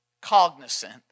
cognizant